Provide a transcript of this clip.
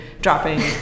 dropping